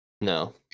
No